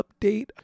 update